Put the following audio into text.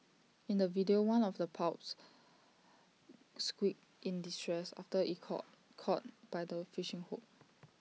in the video one of the pups squeaked in distress after IT caught caught by the fishing hook